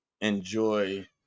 enjoy